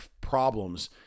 problems